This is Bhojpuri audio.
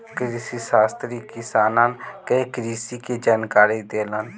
कृषिशास्त्री किसानन के कृषि के जानकारी देलन